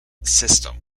system